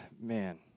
man